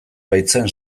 baitzen